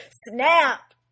Snap